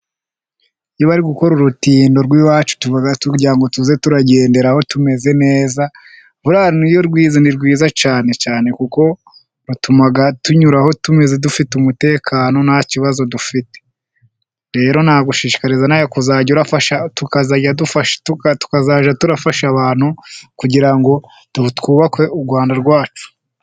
Iyo bari gukora urutindo rw'iwacu kugirango tujye tugenderaho tumeze neza, ruriya nirwo rwiza, ni rwiza cyane cyane kuko rutuma tunyuraho tumeze, dufite umutekano nta kibazo dufite. Rero nagushishikariza nawe kujya tukajya dufasha abantu kugira ngo twubake u Rwanda rwacu.